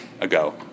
ago